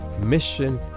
mission